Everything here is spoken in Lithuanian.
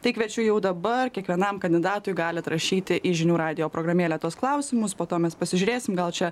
tai kviečiu jau dabar kiekvienam kandidatui galit rašyti į žinių radijo programėlę tuos klausimus po to mes pasižiūrėsim gal čia